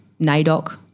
NADOC